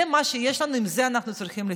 זה מה שיש לנו, עם זה אנחנו צריכים לחיות.